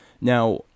now